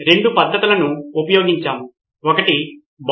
మనం ఆ దిశల్లో ఆలోచించాలని అనుకుంటున్నాను